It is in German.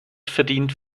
verdient